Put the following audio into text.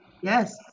Yes